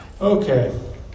Okay